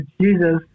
Jesus